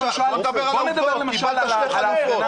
בבקשה, דבר על העובדות, קיבלת שתי חלופות.